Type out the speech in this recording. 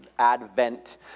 Advent